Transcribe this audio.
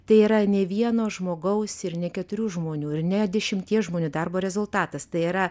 tai yra ne vieno žmogaus ir ne keturių žmonių ir ne dešimties žmonių darbo rezultatas tai yra